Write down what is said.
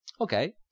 Okay